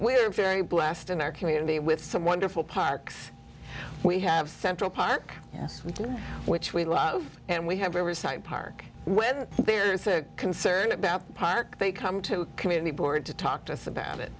we're very blessed in our community with some wonderful parks we have central park yes we can which we love and we have riverside park when there's a concern about the park they come to community board to talk to us about it